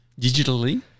Digitally